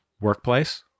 workplace